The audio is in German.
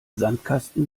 sandkasten